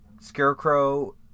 Scarecrow